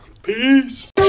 Peace